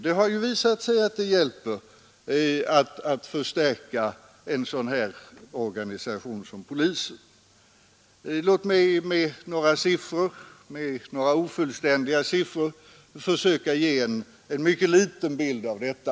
Det har ju visat sig att det hjälper att förstärka en sådan organisation som polisen. Låt mig med några ofullständiga siffror försöka ge en mycket liten bild av detta.